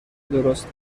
درست